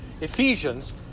Ephesians